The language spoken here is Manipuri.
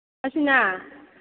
ꯍꯁꯤꯅꯥ